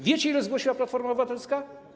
Wiecie, ilu zgłosiła Platforma Obywatelska?